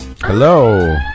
Hello